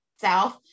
South